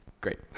great